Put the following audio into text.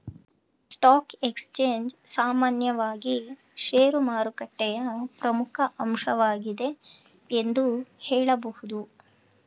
stock exchange ಸಾಮಾನ್ಯವಾಗಿ ಶೇರುಮಾರುಕಟ್ಟೆಯ ಪ್ರಮುಖ ಅಂಶವಾಗಿದೆ ಎಂದು ಹೇಳಬಹುದು